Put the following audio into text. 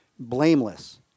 blameless